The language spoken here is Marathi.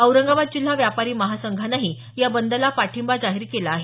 औरंगाबाद जिल्हा व्यापारी माहसंघानंही या बंदला पाठिंबा जाहीर केला आहे